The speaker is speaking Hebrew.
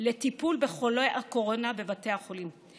לטיפול בחולי הקורונה בבתי החולים,